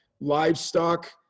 livestock